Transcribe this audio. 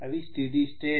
అవి steady state